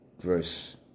verse